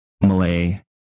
Malay